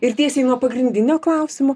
ir tiesiai nuo pagrindinio klausimo